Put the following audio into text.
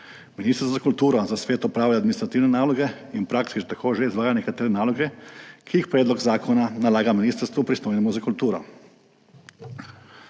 Ministrstvo za kulturo za svet opravlja administrativne naloge in v praksi tako že izvaja nekatere naloge, ki jih predlog zakona nalaga ministrstvu, pristojnemu za kulturo.